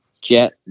jet